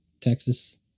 Texas